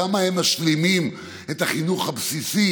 כמה הם משלימים את החינוך הבסיסי